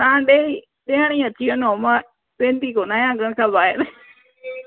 तव्हां ॾेई ॾियण ई अची वञो मां वेंदी कोन आहियां घर खां ॿाहिरि